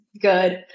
good